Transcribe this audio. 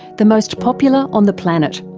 the most popular on the planet.